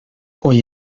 hoy